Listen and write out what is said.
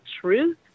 truth